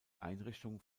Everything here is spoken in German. einrichtung